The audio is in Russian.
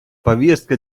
повестка